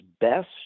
best